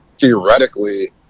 theoretically